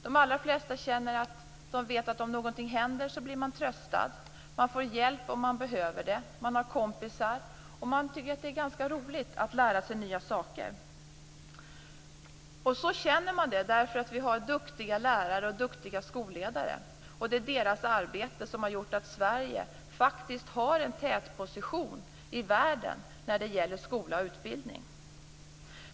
De allra flesta vet att om någonting händer blir de tröstade, de får hjälp om de behöver det, de har kompisar, och de tycker att det är roligt att lära sig nya saker. Så känner de därför att det finns duktiga lärare och duktiga skolledare. Det är deras arbete som har gjort att Sverige faktiskt har en tätposition i världen när det gäller skola och utbildning.